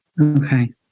okay